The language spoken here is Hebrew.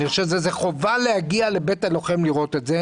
אני חושב שזו חובה להגיע לבית הלוחם לראות את זה